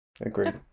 Agreed